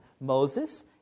Moses